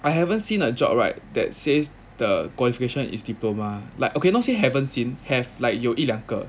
I haven't seen a job right that says the qualification is diploma like okay not say haven't seen have like 有一两个